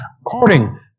According